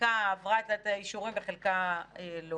חלקה עבר את האישורים וחלקה לא